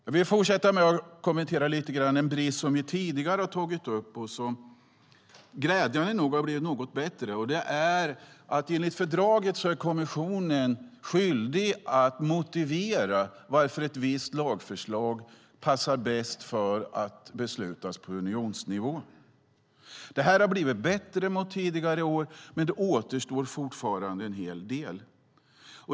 Jag vill lite grann kommentera en brist som vi tidigare tagit upp och som, glädjande nog, blivit något bättre. Enligt fördraget är kommissionen skyldig att motivera varför ett visst lagförslag passar bäst att beslutas på unionsnivå. Detta har blivit bättre jämfört med tidigare år, men fortfarande återstår en hel del.